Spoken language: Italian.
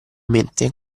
mente